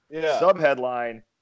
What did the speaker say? Sub-headline